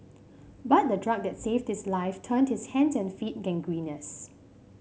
but the drug that saved his life turned his hands and feet gangrenous